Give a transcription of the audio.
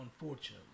Unfortunately